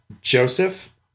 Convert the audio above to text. Joseph